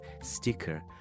sticker